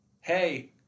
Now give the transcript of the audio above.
hey